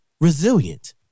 resilient